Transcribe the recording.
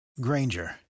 Granger